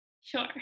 Sure